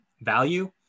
value